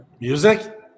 music